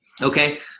Okay